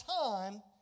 time